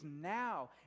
now